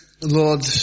Lord